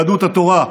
יהדות התורה,